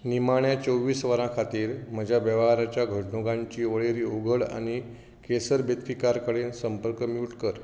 निमाण्या चोव्वीस वरां खातीर म्हज्या वेव्हाराच्या घडणुकांची वळेरी उगड आनी केसर बेतकीकार कडेन संपर्क म्यूट कर